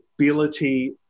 ability